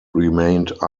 remained